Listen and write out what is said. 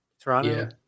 Toronto